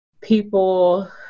people